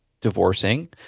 divorcing